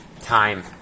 time